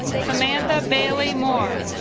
samantha bailey more